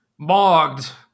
Mogged